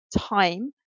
time